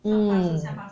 mm